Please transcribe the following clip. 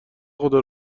خدا